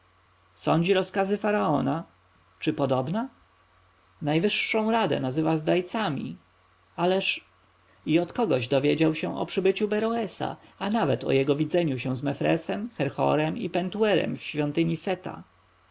sądzi rozkazy faraona czy podobna najwyższą radę nazywa zdrajcami ależ i od kogoś dowiedział się o przybyciu beroesa a nawet o jego widzeniu się z mefresem herhorem i pentuerem w świątyni seta